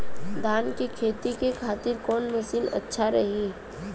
धान के खेती के खातिर कवन मशीन अच्छा रही?